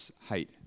height